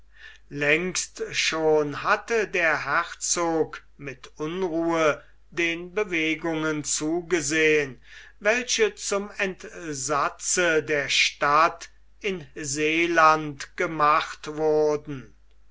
längst schon hatte der herzog mit unruhe den bewegungen zugesehen welche zum entsatze der stadt in seeland gemacht wurden